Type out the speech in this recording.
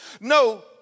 No